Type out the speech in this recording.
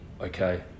okay